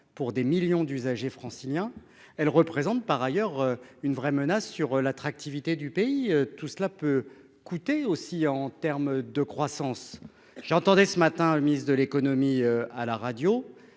pour des millions d'usagers franciliens. Elle représente par ailleurs une vraie menace sur l'attractivité du pays. Tout cela peut coûter aussi en terme de croissance. J'entendais ce matin le ministre de l'économie à la radio